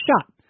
shot